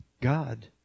God